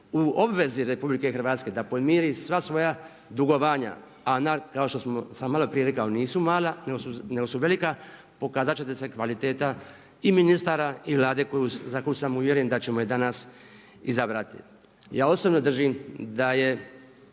u obvezi RH je da podmiri sva svoja dugovanja, a kao što sam malo prije rekao nisu mala, nego su velika, pokazat će se kvaliteta i ministara i vlade za koju sam uvjeren da ćemo je danas izabrati. Ja osobno držim da je